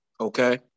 Okay